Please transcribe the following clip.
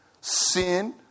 Sin